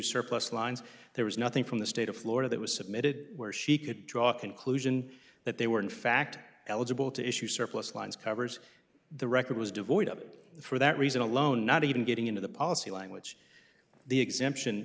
surplus lines there was nothing from the state of florida that was submitted where she could draw a conclusion that they were in fact eligible to issue surplus lines covers the record was devoid of it for that reason alone not even getting into the policy language the exemption